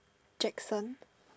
Jackson